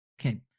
Okay